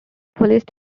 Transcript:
police